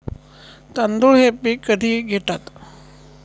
तांदूळ हे पीक कधी घेतात?